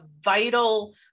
vital